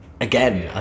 again